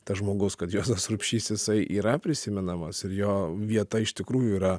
tas žmogus kad juozas urbšys jisai yra prisimenamas ir jo vieta iš tikrųjų yra